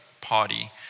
party